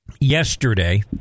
Yesterday